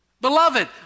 Beloved